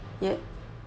yeah